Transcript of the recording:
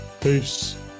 peace